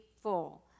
full